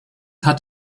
hat